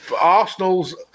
Arsenal's